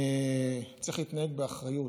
שצריך להתנהג באחריות.